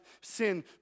sin